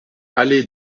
allée